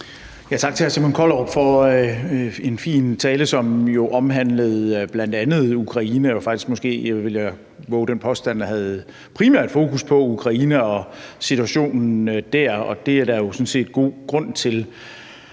Tak til hr. Simon Kollerup for en fin tale, som jo omhandlede bl.a. Ukraine og faktisk måske, den påstand vil jeg vove, primært havde fokus på Ukraine og situationen der. Og det er der jo sådan set god grund til.